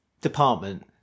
department